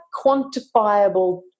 quantifiable